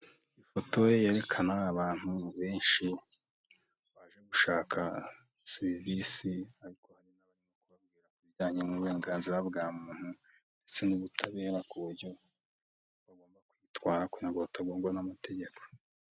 Ifoto yerekana abantu benshi baje gushaka serivisi zirwanya iyubahirizwa ibijyanye n'uburenganzira bwa muntu ndetse n'ubutabera ku buryo bagomba kwitwara ko batagongwa n'amategeko.